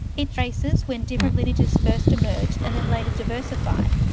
it traces when different lineages first emerged, and then later diversified,